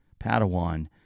Padawan